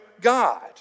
God